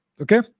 Okay